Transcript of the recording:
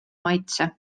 maitse